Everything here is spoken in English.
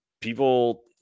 people